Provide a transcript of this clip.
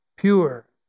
pure